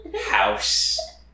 house